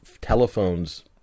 telephones